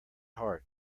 heart